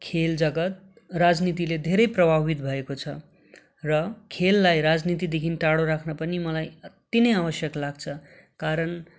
खेल जगत् राजनीतिले धेरै प्रभावित भएको छ र खेललाई राजनीतिदेखि टाढो राख्न पनि मलाई अति नै आवश्यक लाग्छ कारण